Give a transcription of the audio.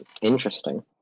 Interesting